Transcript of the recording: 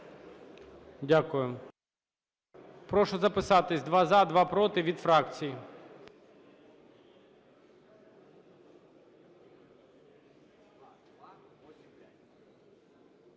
Дякую. Прошу записатись: два – за, два – проти, від фракцій.